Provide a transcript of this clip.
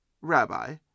Rabbi